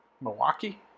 Milwaukee